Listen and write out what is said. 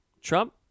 Trump